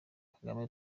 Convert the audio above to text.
kagame